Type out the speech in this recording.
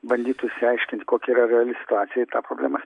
bandytų išsiaiškint kokia yra reali situacija ir tą problemą